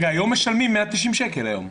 היום משלמים 190 שקל.